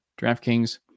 DraftKings